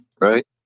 Right